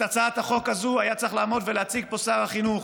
את הצעת החוק הזאת היה צריך לעמוד ולהציג פה שר החינוך,